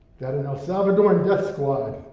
that an el salvadoran death squad